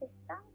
system